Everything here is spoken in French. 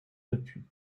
depuis